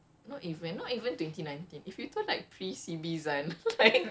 ya if you told like